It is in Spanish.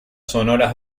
sonoras